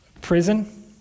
prison